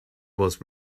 was